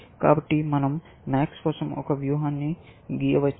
కాబట్టి మనం MAX కోసం ఒక వ్యూహాన్ని గీయవచ్చు